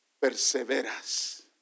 Perseveras